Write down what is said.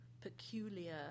peculiar